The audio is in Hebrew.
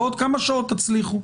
בעוד כמה שעות תצליחו.